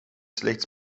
slechts